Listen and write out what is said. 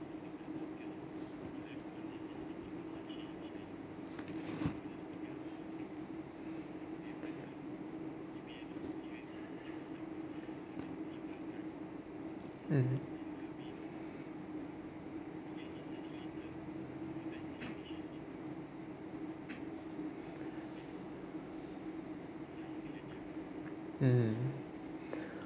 mmhmm mmhmm